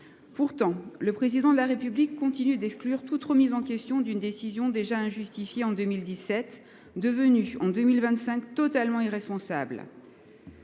Pourtant, le président de la République continue d'exclure toute remise en question d'une décision déjà injustifiée en 2017, devenue en 2025 totalement irresponsable.